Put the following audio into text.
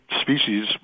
species